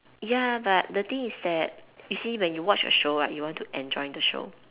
ya but the thing is that you see when you watch a show right you want to enjoy the show